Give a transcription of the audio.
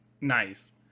nice